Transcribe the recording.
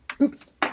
Oops